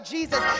Jesus